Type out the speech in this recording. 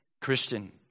Christian